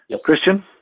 Christian